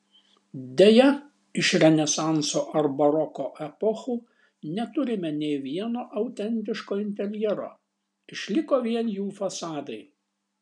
deja iš renesanso ar baroko epochų neturime nė vieno autentiško interjero išliko vien jų fasadai